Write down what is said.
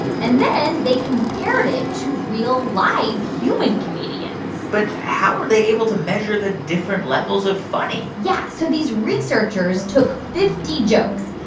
and then they compared it to real, live human comedians but how were they able to measure the different levels of funny? yeah. so these researchers took fifty jokes,